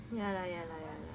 ya lah ya lah ya lah